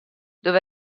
dove